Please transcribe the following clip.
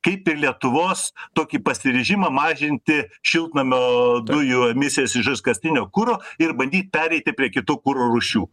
kaip ir lietuvos tokį pasiryžimą mažinti šiltnamio dujų emisijas iš iškastinio kuro ir bandyt pereiti prie kitų kuro rūšių